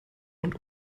und